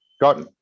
Got